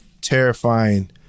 terrifying